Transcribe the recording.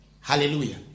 hallelujah